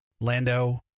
Lando